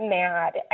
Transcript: mad